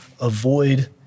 avoid